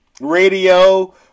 radio